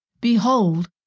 behold